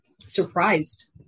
surprised